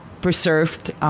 preserved